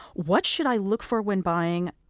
what should i look for when buying,